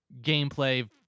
gameplay